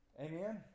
Amen